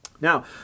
Now